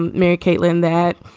mary caitlynn that,